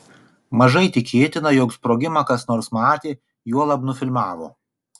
mažai tikėtina jog sprogimą kas nors matė juolab nufilmavo